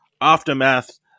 aftermath